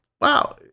wow